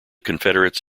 confederates